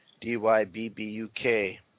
D-Y-B-B-U-K